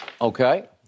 Okay